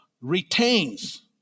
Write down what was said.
retains